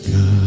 God